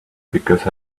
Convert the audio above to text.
because